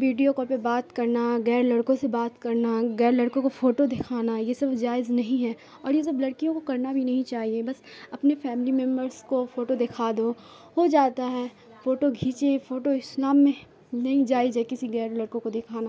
video call پہ بات کرنا غیر لڑکوں سے بات کرنا یر لڑکوں کو فوٹو دکھانا یہ سب جائز نہیں ہے اور یہ سب لڑکیوں کو کرنا بھی نہیں چاہیے بس اپنے فیملی ممبرس کو فوٹو دکھا دو ہو جاتا ہے فوٹو کھینچے فوٹو اسلام میں نہیں جائز ہے کسی غیر لڑکوں کو دکھانا